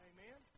Amen